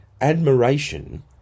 admiration